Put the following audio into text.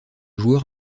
joueur